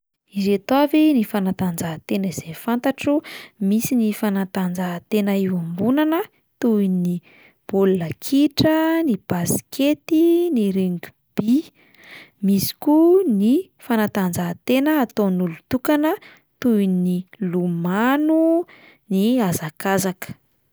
Ireto avy ny fanatanjahantena izay fantatro: misy ny fanatanjahantena iombonana toy ny: baolina kitra, ny baskety, ny rugby; misy koa ny fanatanjahantena ataon'olon-tokana toy ny: lomano, ny hazakazaka.